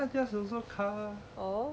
that [one] also car mah